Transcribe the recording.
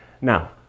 Now